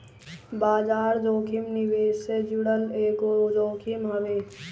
बाजार जोखिम निवेश से जुड़ल एगो जोखिम हवे